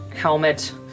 helmet